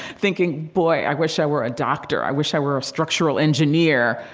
thinking, boy i wish i were a doctor. i wish i were a structural engineer.